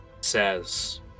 says